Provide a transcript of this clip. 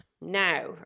now